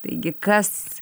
taigi kas